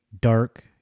dark